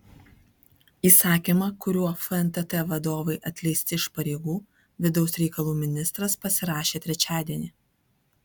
įsakymą kuriuo fntt vadovai atleisti iš pareigų vidaus reikalų ministras pasirašė trečiadienį